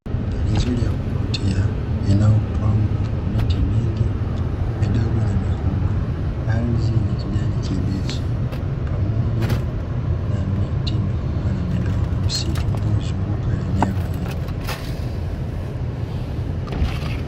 Mandhari nzuri ya kuvutia inayopangwa kwa miti mingi midogo na mikubwa, ardhi yeye kijani kibichi pamoja na miti mikubwa na midogo; msitu unaozunguka eneo hilo.